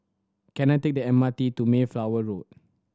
can I take the M R T to Mayflower Road